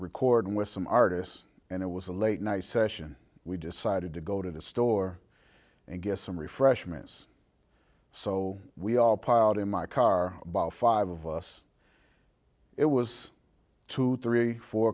recording with some artists and it was a late night session we decided to go to the store and get some refreshments so we all piled in my car about five of us it was two three four